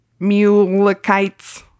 Mulekites